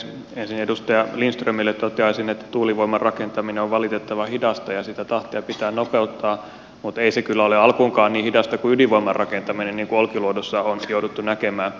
ensin edustaja lindströmille toteaisin että tuulivoiman rakentaminen on valitettavan hidasta ja sitä tahtia pitää nopeuttaa mutta ei se kyllä ole alkuunkaan niin hidasta kuin ydinvoiman rakentaminen niin kuin olkiluodossa on jouduttu näkemään